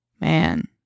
man